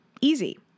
easy